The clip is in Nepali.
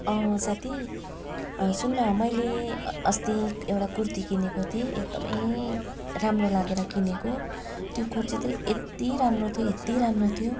साथी सुन्न मैले अस्ति एउटा कुर्ती किनेको थिएँ एकदमै राम्रो लागेर किनेको त्यो कुर्ती चाहिँ यत्ति राम्रो थियो यत्ति राम्रो थियो